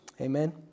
Amen